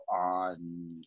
on